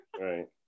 Right